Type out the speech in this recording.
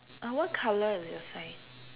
uh what colour is your sign